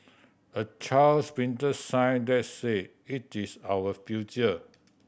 a child's printed sign that say it is our future